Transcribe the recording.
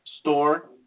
Store